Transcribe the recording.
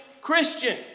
Christian